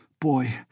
Boy